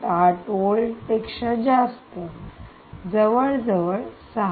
8 volt पेक्षा जास्त जवळजवळ 6